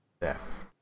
death